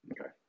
Okay